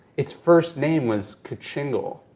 its first name was kachingle.